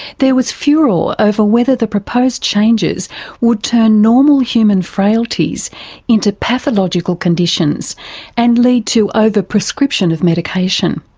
there was furore over whether the proposed changes would turn normal human frailties into pathological conditions and lead to over-prescription of medication.